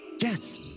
Yes